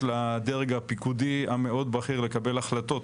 לדרג הפיקודי המאוד בכיר לקבל החלטות